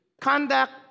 conduct